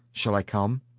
shall i come?